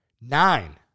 Nine